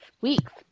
weeks